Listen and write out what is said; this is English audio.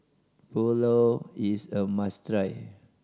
pulao is a must try